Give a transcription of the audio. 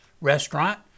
restaurant